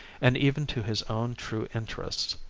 and even to his own true interests.